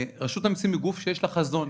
רשות המסים היא גוף שיש לו חזון.